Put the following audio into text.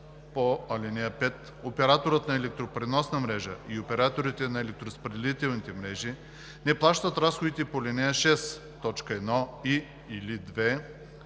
по ал. 5, операторът на електропреносната мрежа и операторите на електроразпределителните мрежи не заплащат разходите по ал. 6, т. 1 и/или 2